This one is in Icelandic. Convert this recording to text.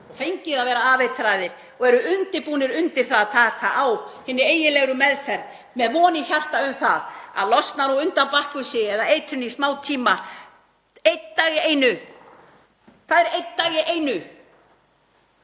fengið að vera að afeitraðir og búnir undir það að taka á hinni eiginlegu meðferð með von í hjarta um það að losna undan Bakkusi eða eitrun í smá tíma, einn dag í einu. Það er einn dagur í einu.